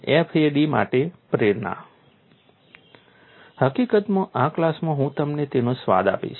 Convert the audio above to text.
FAD માટે પ્રેરણા હકીકતમાં આ ક્લાસમાં હું તમને તેનો સ્વાદ આપીશ